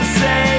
say